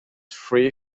three